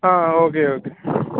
ആ okay okay